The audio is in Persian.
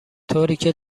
طوریکه